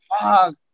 fuck